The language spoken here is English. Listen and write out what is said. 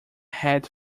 had